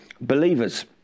believers